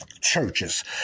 churches